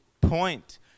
point